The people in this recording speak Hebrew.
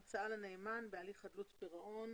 המצאה לנאמן בהליך חדלות פירעון